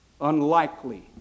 unlikely